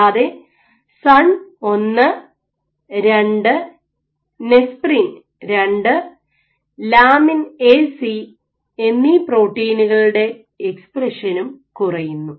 കൂടാതെ SUN 1 2 SUN 12 nesprin 2 lamin A C Lamin AC എന്നീ പ്രോട്ടീനുകളുടെ എക്സ്പ്രഷനും കുറയുന്നു